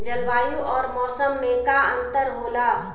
जलवायु और मौसम में का अंतर होला?